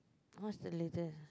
most the later